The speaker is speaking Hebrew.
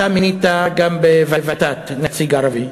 אתה מינית גם בוות"ת נציג ערבי.